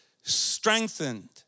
strengthened